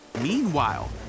Meanwhile